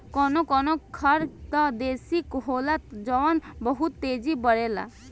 कवनो कवनो खर त देसी होला जवन बहुत तेजी बड़ेला